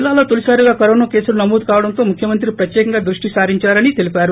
జిల్లాలో తొలిసారిగా కరోనా కేసులు నమోదు కావడంతో ముఖ్యమంత్రి ప్రత్యేకంగా దృష్టి సారించారని తెలిపారు